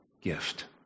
gift